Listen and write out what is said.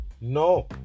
No